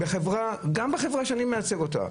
גם בחברה שאני מייצג אותה,